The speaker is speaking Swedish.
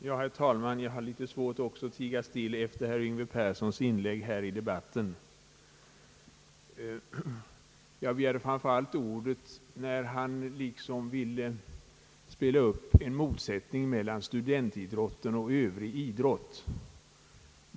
Herr talman! Jag har också litet svårt att tiga still efter herr Yngve Perssons inlägg här i debatten. Jag begärde ordet framför allt därför att jag reagerade, då han ville spela ut studentidrotten mot övrig idrott.